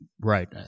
Right